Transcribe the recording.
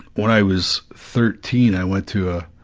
when i was thirteen, i went to a,